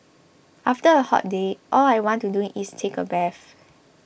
after a hot day all I want to do is take a bath